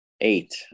eight